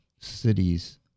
cities